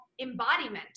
embodiment